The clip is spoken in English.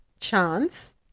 chance